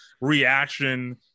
reaction